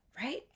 Right